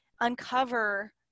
uncover